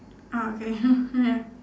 ah okay ya